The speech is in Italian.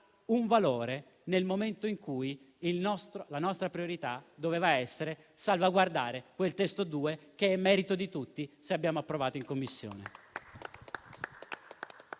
un valore nel momento in cui la nostra priorità doveva essere salvaguardare quel testo 2 che è merito di tutti se abbiamo approvato in Commissione.